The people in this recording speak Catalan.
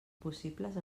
possibles